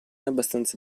abbastanza